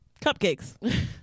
Cupcakes